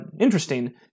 interesting